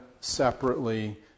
separately